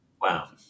Wow